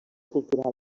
cultural